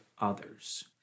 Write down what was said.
others